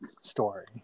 story